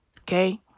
Okay